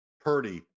Purdy